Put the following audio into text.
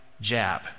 jab